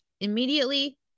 immediately